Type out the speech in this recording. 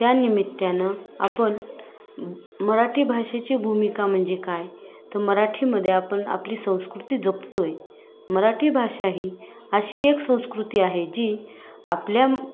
त्यानिमित्ताने आपण मराठी भाषेची भूमिका म्हणजे काय तर मराठीमध्ये आपण आपली संस्कृती जपतोय मराठी भाषा ही अशी एक संस्कृती आहे जी आपल्या